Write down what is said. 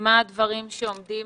מהם הדברים שעומדים